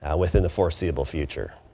ah within the foreseeable future.